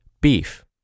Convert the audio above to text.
beef